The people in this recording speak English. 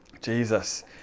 Jesus